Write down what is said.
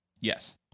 Yes